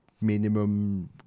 minimum